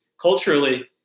culturally